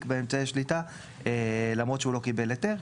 באמצעי שליטה למרות שהוא לא קיבל היתר.